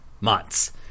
months